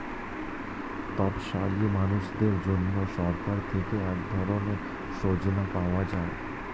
তপসীলি মানুষদের জন্য সরকার থেকে এক ধরনের যোজনা পাওয়া যায়